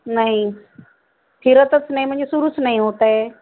नाही फिरतच नाही म्हणजे सुरूच नाही होत आहे